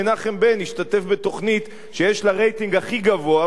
מנחם בן השתתף בתוכנית שיש לה הרייטינג הכי גבוה,